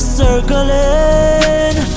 circling